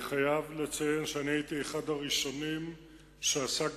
אני חייב לציין שהייתי אחד הראשונים שעסק